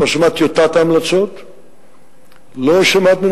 חברת הכנסת יחימוביץ, אני לא שותף לשום קמפיין.